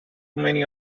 many